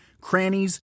crannies